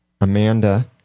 Amanda